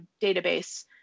database